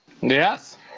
Yes